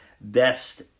Best